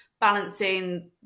balancing